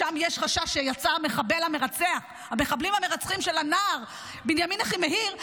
שמשם יש חשש שיצאו המחבלים המרצחים של הנער בנימין אחימאיר,